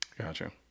gotcha